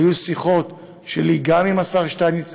היו שיחות שלי גם עם השר שטייניץ,